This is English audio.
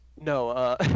No